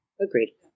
Agreed